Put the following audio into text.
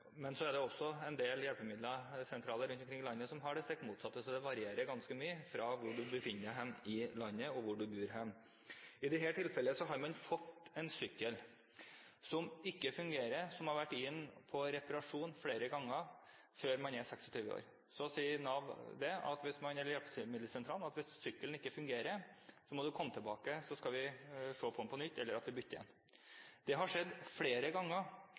Men det er også en del hjelpemiddelsentraler rundt omkring i landet som ikke har det, så det varierer ganske mye etter hvor du bor i landet. I dette tilfellet har man fått en sykkel som ikke fungerer, og som har vært inne til reparasjon flere ganger før brukeren er 26 år. Så sier hjelpemiddelsentralen at hvis sykkelen ikke fungerer, må du komme tilbake, så skal vi se på den på nytt, eller vi bytter den. Det har blitt sagt flere ganger